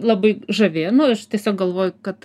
labai žavėjo nu aš tiesiog galvoju kad